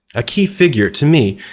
a key figure, to me,